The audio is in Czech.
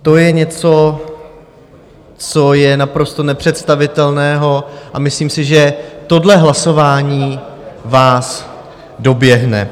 To je něco, co je naprosto nepředstavitelného, a myslím si, že tohle hlasování vás doběhne.